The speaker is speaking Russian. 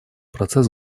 процесс